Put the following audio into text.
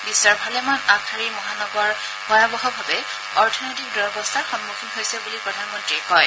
বিশ্বৰ ভালেমান আগশাৰীৰ মহানগৰ ভয়াৱহভাৱে অৰ্থনৈতিক দূৰৱস্থাৰ সন্মুখীন হৈছে বুলি প্ৰধানমন্ত্ৰীয়ে কয়